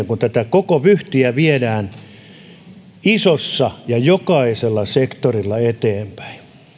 kun tätä koko vyyhtiä viedään isosti ja jokaisella sektorilla eteenpäin